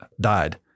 died